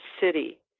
city